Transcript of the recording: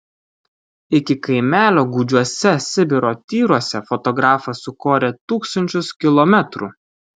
iki kaimelio gūdžiuose sibiro tyruose fotografas sukorė tūkstančius kilometrų